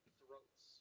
throats